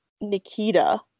Nikita